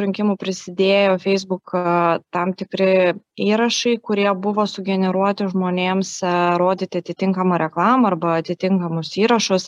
rinkimų prisidėjo feisbuko tam tikri įrašai kurie buvo sugeneruoti žmonėms rodyti atitinkamą reklamą arba atitinkamus įrašus